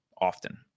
often